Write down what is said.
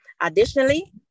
additionally